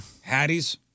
Hattie's